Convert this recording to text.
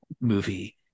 movie